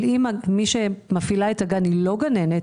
אם מי שמפעילה את הגן היא לא גננת,